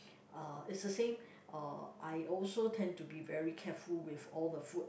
uh it's a same uh I also tend to be very careful with all the food